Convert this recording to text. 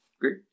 Great